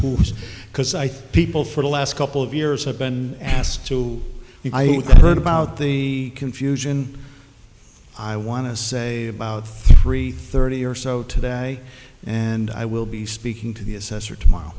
who's because i think people for the last couple of years have been asked to and i heard about the confusion i want to say about three thirty or so today and i will be speaking to the assessor tomorrow